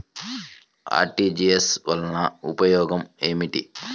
RTGS వలన ఉపయోగం ఏమిటీ?